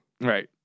right